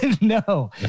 No